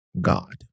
God